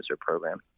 program